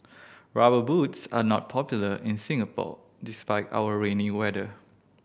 Rubber Boots are not popular in Singapore despite our rainy weather